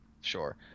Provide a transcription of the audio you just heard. Sure